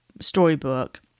storybook